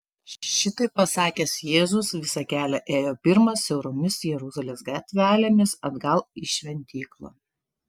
šitaip pasakęs jėzus visą kelią ėjo pirmas siauromis jeruzalės gatvelėmis atgal į šventyklą